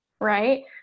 right